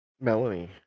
Melanie